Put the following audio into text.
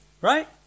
Right